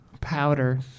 Powder